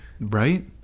Right